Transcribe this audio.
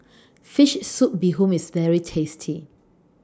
Fish Soup Bee Hoon IS very tasty